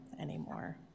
anymore